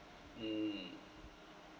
mm